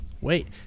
Wait